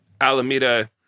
Alameda